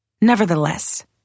Nevertheless